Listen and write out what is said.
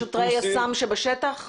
שוטרי יס"מ בשטח,